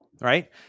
right